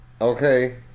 Okay